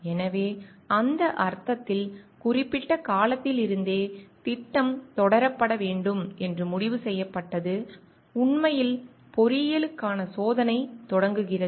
எனவே அந்த அர்த்தத்தில் குறிப்பிட்ட காலத்திலிருந்தே திட்டம் தொடரப்பட வேண்டும் என்று முடிவு செய்யப்பட்டது உண்மையில் பொறியியலுக்கான சோதனை தொடங்குகிறது